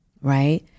Right